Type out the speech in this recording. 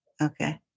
Okay